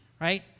right